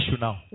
now